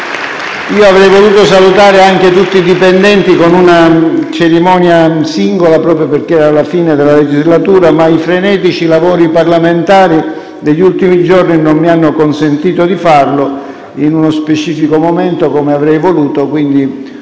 Avrei voluto salutare anche tutti i dipendenti con una cerimonia singola proprio perché era la fine della legislatura, ma i frenetici lavori parlamentari degli ultimi giorni non mi hanno consentito di farlo in uno specifico momento come avrei voluto,